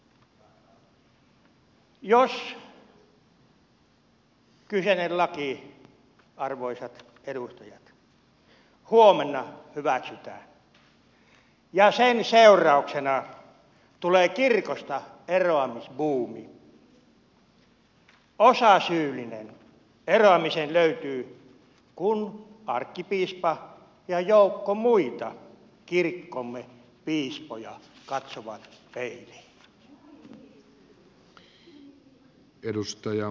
jos kyseinen laki arvoisat edustajat huomenna hyväksytään ja sen seurauksena tulee kirkostaeroamisbuumi osasyyllinen eroamiseen löytyy kun arkkipiispa ja joukko muita kirkkomme piispoja katsovat peiliin